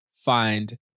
find